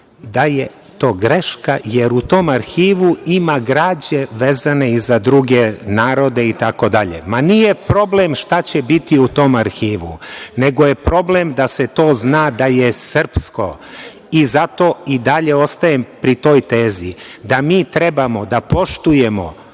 da je to greška, jer u tom arhivu ima građe vezane i za druge narode itd. Nije problem šta će biti u tom arhivu, nego je problem da se to zna da je to srpsko i zato i dalje ostajem pri toj tezi, da mi treba da poštujemo